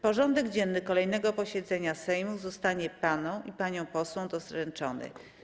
Porządek dzienny kolejnego posiedzenia Sejmu zostanie panom i paniom posłom doręczony.